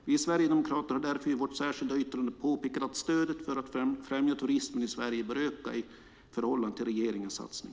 Vi sverigedemokrater har därför i vårt särskilda yttrande påpekat att stödet för att främja turismen i Sverige bör öka i förhållande till regeringens satsning.